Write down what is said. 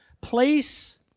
place